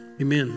amen